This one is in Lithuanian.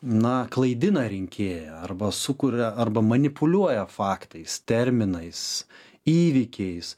na klaidina rinkėją arba sukuria arba manipuliuoja faktais terminais įvykiais